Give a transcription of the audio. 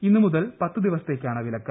ഇന്ന് മുതൽ പത്ത് ദിവസത്തേക്കാണ് വില ക്ക്